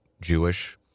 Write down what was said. Jewish—